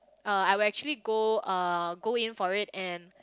uh I will actually go uh go in for it and